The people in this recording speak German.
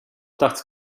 das